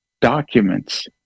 documents